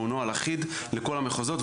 והוא נוהל אחדי לכל המחוזות,